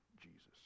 Jesus